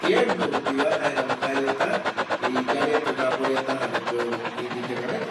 tiempo rupi va jaeramo jae reta iyarete oyapo reta pueblo indigena reta ndie